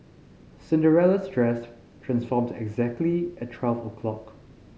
Cinderella's dress transformed exactly at twelve o'clock